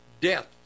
death